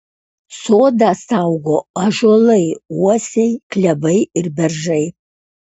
sodą saugo ąžuolai uosiai klevai ir beržai